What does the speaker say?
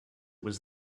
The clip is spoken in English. was